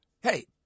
Hey